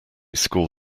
school